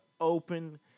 open